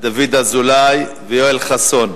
דוד אזולאי ויואל חסון.